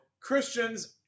Christians